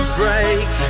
break